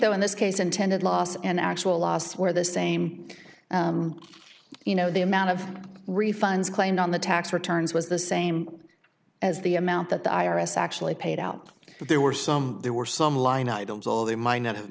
though in this case intended loss and actual loss where the same you know the amount of refunds claimed on the tax returns was the same as the amount that the i r s actually paid out but there were some there were some line items all they might not have